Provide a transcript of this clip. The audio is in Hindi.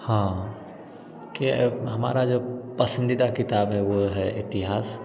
हाँ क्या है हमारा जो पसंदीदा किताब है वो है इतिहास